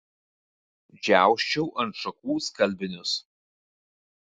džiausčiau ant šakų skalbinius